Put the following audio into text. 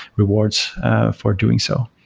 rewards for doing so.